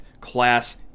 class